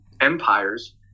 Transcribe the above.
empires